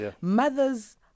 Mothers